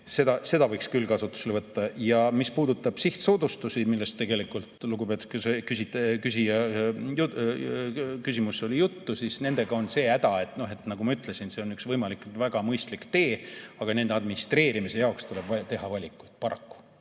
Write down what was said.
Selle võiks küll kasutusele võtta. Mis puudutab sihtsoodustusi, millest tegelikult lugupeetud küsija küsimuses oli juttu, siis nendega on see häda, nagu ma ütlesin, et see on üks võib-olla väga mõistlik tee, aga nende administreerimise jaoks tuleb teha valikuid. Paraku